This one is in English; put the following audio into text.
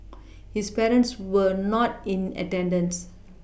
his parents were not in attendance